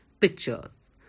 pictures